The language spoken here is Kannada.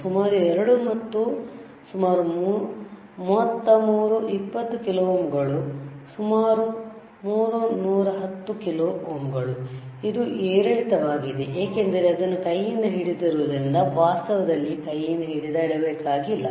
ಸುಮಾರು 2 ಮತ್ತು ಸುಮಾರು 33 20 ಕಿಲೋ ಓಮ್ಗಳು ಸುಮಾರು 3 110 ಕಿಲೋ ಓಮ್ಗಳು ಇದು ಏರಿಳಿತವಾಗಿದೆ ಏಕೆಂದರೆ ಅದನ್ನು ಕೈಯಿಂದ ಹಿಡಿದಿರುವುದರಿಂದ ವಾಸ್ತವದಲ್ಲಿ ಕೈಯಿಂದ ಹಿಡಿದಿಡಬೇಕಾಗಿಲ್ಲ